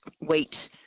wait